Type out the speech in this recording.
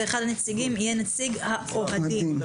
ואחד הנציגים יהיה נציג האוהדים.